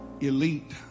elite